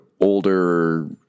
older